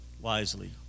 wisely